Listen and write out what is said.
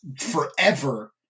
forever